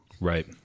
right